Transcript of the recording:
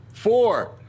Four